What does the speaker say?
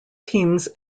teams